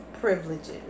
privileges